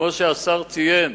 כמו שהשר ציין,